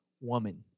woman